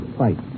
fight